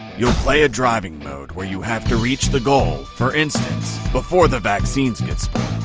you'll play a driving mode where you have to reach the goal for instance before the vaccines get spoiled.